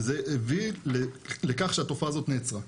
וזה הביא לכך שהתופעה הזאת נעצרה.